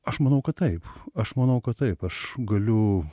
aš manau kad taip aš manau kad taip aš galiu